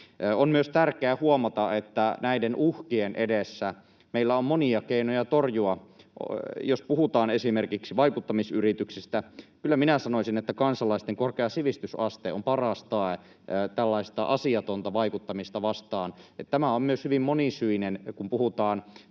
On myös tärkeää huomata, että näiden uhkien edessä meillä on monia keinoja torjuntaan. Jos puhutaan esimerkiksi vaikuttamisyrityksistä, kyllä minä sanoisin, että kansalaisten korkea sivistysaste on paras tae tällaista asiatonta vaikuttamista vastaan. Kun puhutaan